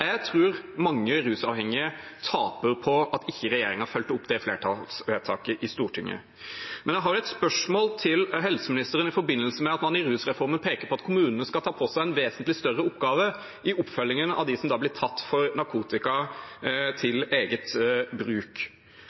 Jeg tror mange rusavhengige taper på at regjeringen ikke fulgte opp det flertallsvedtaket i Stortinget. Jeg har et spørsmål til helseministeren i forbindelse med at man i rusreformen peker på at kommunene skal ta på seg en vesentlig større oppgave i oppfølgingen av dem som blir tatt for narkotika til eget bruk.